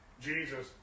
Jesus